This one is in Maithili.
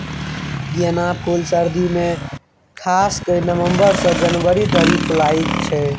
गेना फुल सर्दी मे खास कए नबंबर सँ जनवरी धरि फुलाएत छै